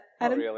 Adam